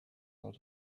all